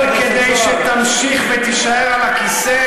מי שלא מוותר על קניית שלטון בכסף.